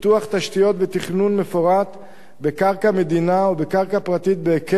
תשתיות ותכנון מפורט בקרקע מדינה ובקרקע פרטית בהיקף